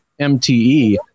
MTE